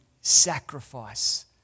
sacrifice